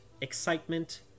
excitement